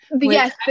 Yes